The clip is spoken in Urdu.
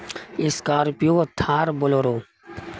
Scorpio Thar Bolero